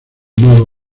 modo